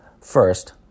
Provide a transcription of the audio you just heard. first